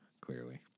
Clearly